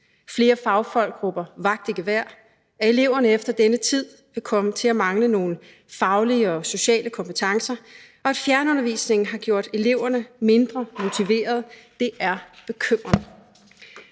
Flere fagfolk råber vagt i gevær og siger, at eleverne efter denne tid vil komme til at mangle nogle faglige og sociale kompetencer. Og at fjernundervisningen har gjort eleverne mindre motiverede, er bekymrende.